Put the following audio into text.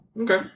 Okay